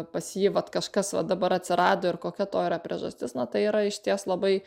pas jį vat kažkas va dabar atsirado ir kokia to yra priežastis na tai yra išties labai